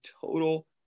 total